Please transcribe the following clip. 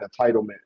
entitlement